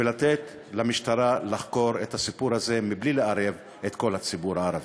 ולתת למשטרה לחקור את הסיפור הזה מבלי לערב את כל הציבור הערבי.